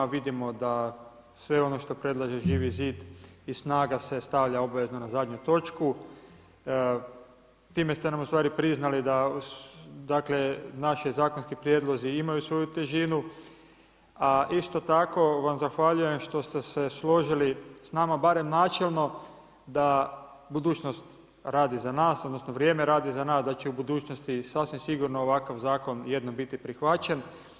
Vidimo da sve ono što predlaže Živi zid i Snaga se stavlja obavezno na zadnju točku, time ste nam ustvari priznali da naši zakonski prijedlozi imaju svoju težinu, a isto tako vam zahvaljujem što ste se složili s nama barem načelno da budućnost radi za nas odnosno vrijeme radi za nas i da će u budućnosti sasvim sigurno ovakav zakon jednom biti prihvaćen.